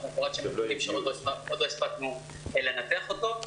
מפורט עם נתונים שעוד לא הספקנו לנתח אותו.